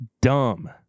dumb